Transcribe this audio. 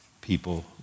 people